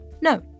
no